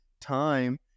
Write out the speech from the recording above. time